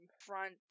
front